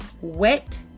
Wet